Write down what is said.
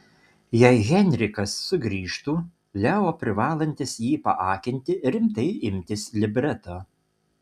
jei heinrichas sugrįžtų leo privalantis jį paakinti rimtai imtis libreto